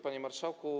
Panie Marszałku!